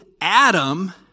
Adam